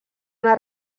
una